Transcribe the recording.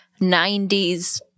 90s